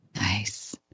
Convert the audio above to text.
Nice